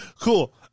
Cool